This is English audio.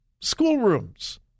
schoolrooms